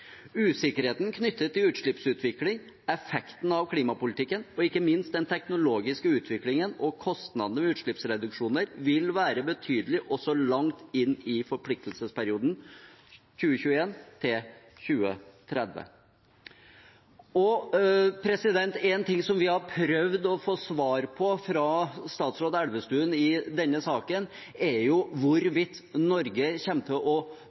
Usikkerheten knyttet til utslippsutvikling, effekten av klimapolitikken og ikke minst den teknologiske utviklingen og kostnadene ved utslippsreduksjoner, vil være betydelig også langt inn i forpliktelsesperioden 2021–2030.» En ting vi har prøvd å få svar på fra statsråd Elvestuen i denne saken, er hvorvidt Norge kommer til å